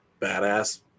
badass